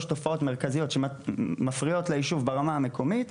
תופעות מרכזיות שמפריעות ליישוב ברמה המקומית,